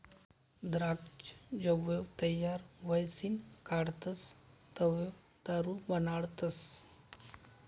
द्राक्ष जवंय तयार व्हयीसन काढतस तवंय दारू बनाडतस